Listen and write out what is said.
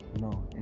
no